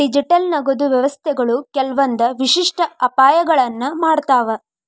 digital ನಗದು ವ್ಯವಸ್ಥೆಗಳು ಕೆಲ್ವಂದ್ ವಿಶಿಷ್ಟ ಅಪಾಯಗಳನ್ನ ಮಾಡ್ತಾವ